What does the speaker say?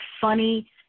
funny